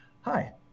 hi